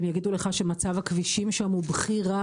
הם יגידו לך שמצב הכבישים שם הוא בכי רע